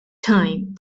time